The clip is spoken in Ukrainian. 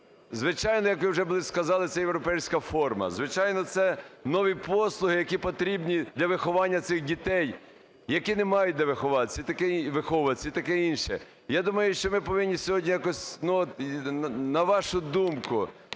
Звичайно, як ви уже були сказали, це європейська форма, звичайно, це нові послуги, які потрібні для виховання цих дітей, які не мають, де виховуватися, і таке інше. Я думаю, що ми повинні сьогодні якось… От на вашу думку,